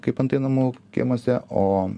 kaip antai namų kiemuose o